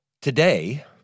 Today